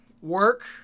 work